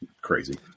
crazy